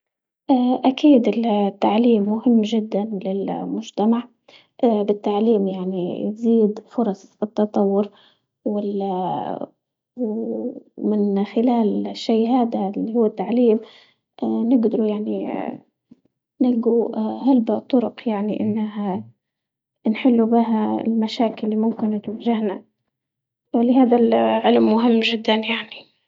أكيد ال- التعليم مهم جدا للمجتمع بالتعليم يعني تزيد فرص التطور، وال- ومن خلال الشي هادا اللي هو التعليم نقدروا يعني نلقوا هلبة طرق يعني إنها نحلوا بها المشاكل اللي ممكن تواجهنا، لهذا العلم مهم جدا يعني.